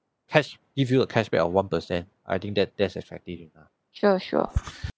cash give you a cashback of one per cent I think that that's attractive ah